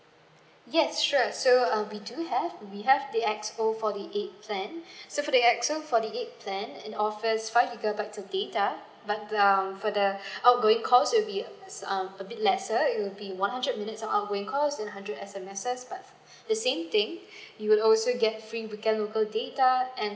yes sure so uh we do have we have the X_O forty eight plan so for the X_O forty eight plan we offer five gigabytes of data but um for the outgoing calls will be a bit lesser uh it will be one hundred minutes of outgoing calls and hundred S_M_S but the same thing you will also get free weekend local data and